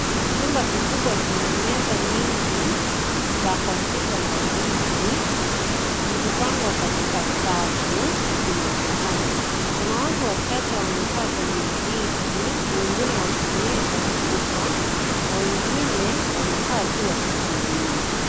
Chumba kikubwa chenye meza nying za cs(computer) na viti zikipangwa katika safu kinaonekana. Kuna watu wachache wamekaa kwenye viti wengine wakitumia cs(computer) na wengine wamekaa tu wakisubiri.